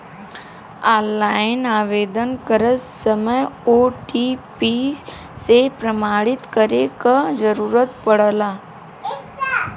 online आवेदन करत समय ओ.टी.पी से प्रमाणित करे क जरुरत पड़ला